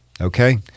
okay